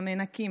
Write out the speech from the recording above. המנקים,